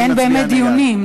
כי אין באמת דיונים.